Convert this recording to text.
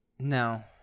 No